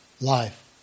life